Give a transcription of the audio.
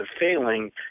failing